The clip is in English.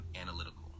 analytical